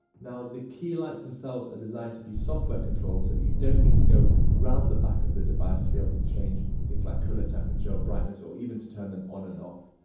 now, the key lights themselves are designed to be software controlled so that you don't need to go round the back of the device to be able to change things like color temperature, or brightness, or even to turn them on and off.